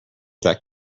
that